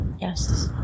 Yes